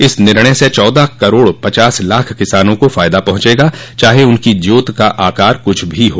इस निर्णय से चौदह करोड़ पचास लाख किसानों को फ़ायदा पहुंचेगा चाहे उनकी जोत का आकार क्ष्छ भी हो